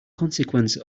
consequence